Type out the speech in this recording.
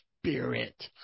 spirit